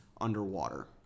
underwater